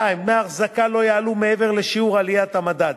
2. דמי האחזקה לא יעלו מעבר לשיעור עליית המדד,